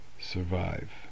survive